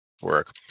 work